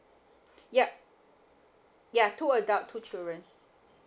yup ya two adult two children